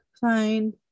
fine